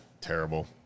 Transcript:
Terrible